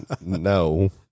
No